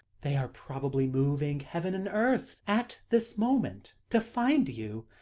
they are probably moving heaven and earth at this moment to find you.